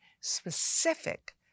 specific